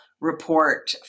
report